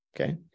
Okay